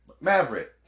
Maverick